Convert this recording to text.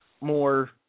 more